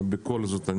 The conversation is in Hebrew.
בכל זאת,